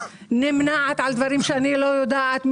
נמנעת כשאני לא יודעת,